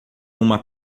uma